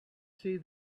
see